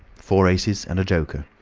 four aces and a joker.